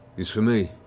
this for me?